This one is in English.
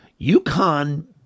UConn